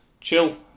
chill